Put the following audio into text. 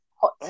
hot